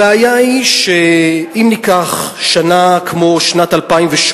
הבעיה היא שאם ניקח שנה כמו שנת 2008,